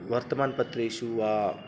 वर्तमानपत्रेषु वा